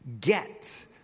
get